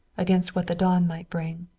against what the dawn might bring.